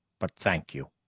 but thank you.